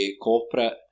corporate